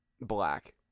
black